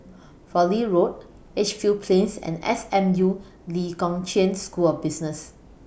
Fowlie Road Edgefield Plains and S M U Lee Kong Chian School of Business